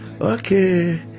Okay